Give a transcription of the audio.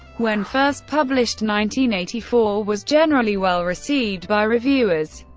when first published, nineteen eighty-four was generally well received by reviewers.